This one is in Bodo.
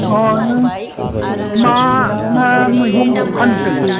औ नों मा मा मैगं फानगोन